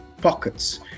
pockets